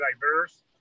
diverse